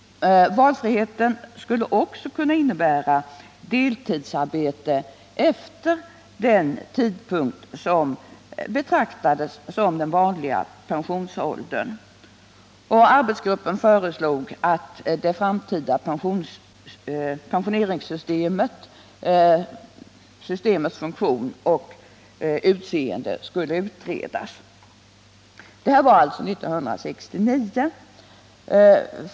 Valfriheten skulle också kunna innebära deltidsarbete efter den tidpunkt som betraktas som den vanliga pensionsåldern. Arbetsgruppen föreslog att det framtida pensioneringssystemets funktion och utseende skulle utredas. Detta var alltså 1969.